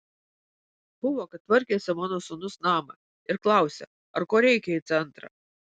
buvo kad tvarkėsi mano sūnus namą ir klausia ar ko reikia į centrą